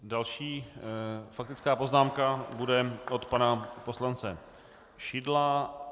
Další faktická poznámka bude od pana poslance Šidla.